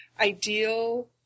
Ideal